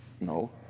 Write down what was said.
No